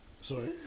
Sorry